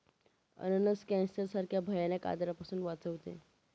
अननस कॅन्सर सारख्या भयानक आजारापासून वाचवते